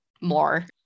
more